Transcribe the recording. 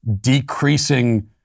decreasing